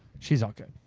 she's all good.